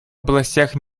областях